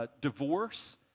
divorce